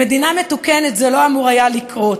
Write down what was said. במדינה מתוקנת זה לא אמור היה לקרות.